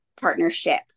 partnership